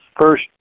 first